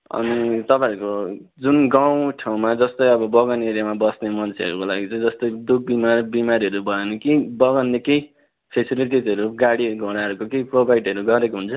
अनि तपाईँहरको जुन गाउँछेउमा जस्तै अब बगान एरियामा बस्ने मन्छेहरूको लागि जस्तै दुखबिमार बिमारीहरू भयो भने के बगानले केही फेसिलिटिजहरू गाडीघोडाहरूको केही प्रोभाइडहरू गरेको हुन्छ